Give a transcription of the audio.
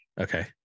Okay